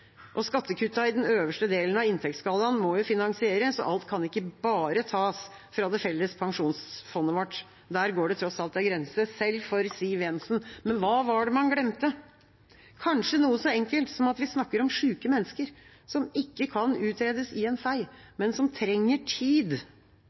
i den øverste delen av inntektsskalaen må finansieres, og alt kan ikke bare tas fra det felles pensjonsfondet vårt – der går det tross alt en grense, selv for Siv Jensen. Men hva var det man glemte? Kanskje noe så enkelt som at vi snakker om syke mennesker som ikke kan utredes i en fei,